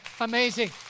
Amazing